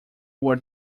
were